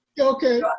Okay